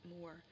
more